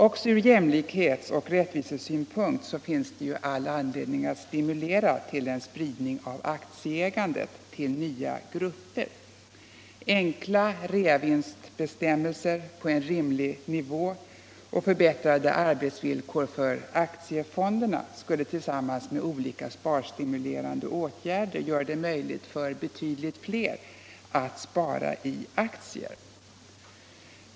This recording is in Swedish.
Också ur jämlikhetsoch rättvisesynpunkt finns det all anledning att stimulera till en spridning av aktieägandet till nya grupper. Enkla reavinstbestämmelser på en rimlig nivå och förbättrade arbetsvillkor för aktiefonderna skulle tillsammans med olika sparstimulerande åtgärder göra det möjligt för betydligt fler att spara i aktier.